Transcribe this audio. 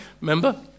remember